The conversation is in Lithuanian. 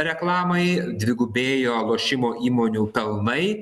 reklamai dvigubėjo lošimo įmonių pelnai